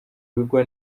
bigwa